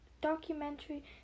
documentary